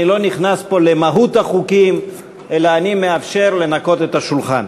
אני לא נכנס פה למהות החוקים אלא אני מאפשר לנקות את השולחן.